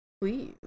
please